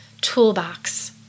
toolbox